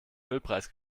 ölpreis